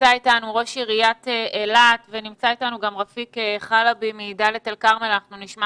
ראש עיריית אילת ונמצא אתנו רפיק חלבי מדלית אל כרמל שאחר כך נשמע